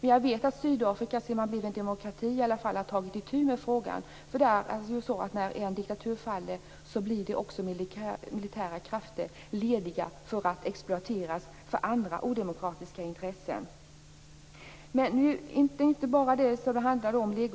Men jag vet att Sydafrika - sedan landet blivit en demokrati i alla fall - har tagit itu med frågan. För det är ju så att när en diktatur faller blir också militära krafter lediga för att exploateras för andra odemokratiska intressen. Men det är inte bara legosoldater det handlar om, även